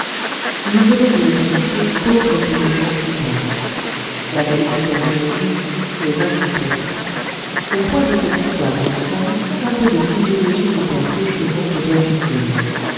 nous venons de le qualifier pauvre paysan picard la qualification est juste mais incomplète au point de cette histoire où nous sommes un peu de physiologie du père fauchelevent devient utile